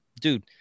dude